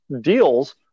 deals